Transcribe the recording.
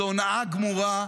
זו הונאה גמורה.